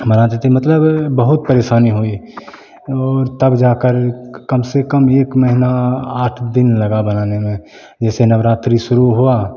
हमारा मतलब बहुत परेशानी हुई और तब जाकर कम से कम एक महीना आठ दिन लगा बनाने में जैसे नवरात्रि शुरू हुआ